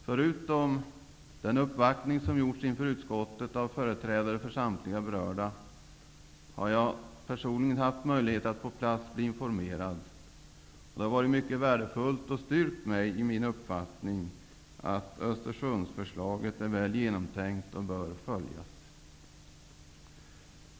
Förutom den uppvaktning som har gjorts inför utskottet av företrädare för samtliga berörda har jag personligen haft möjlighet att på plats bli informerad. Och det har varit mycket värdefullt och det har styrkt mig i min uppfattning att Östersundsförslaget är väl genomtänkt och bör följas.